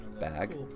bag